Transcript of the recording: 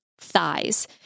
thighs